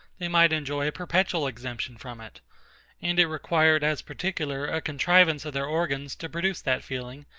they might enjoy a perpetual exemption from it and it required as particular a contrivance of their organs to produce that feeling,